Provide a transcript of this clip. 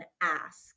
ask